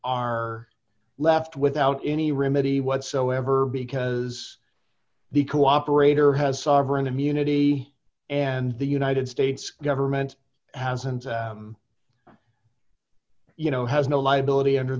are left without any remedy whatsoever because the cooperator has sovereign immunity and the united states government has and you know has no liability under